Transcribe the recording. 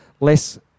less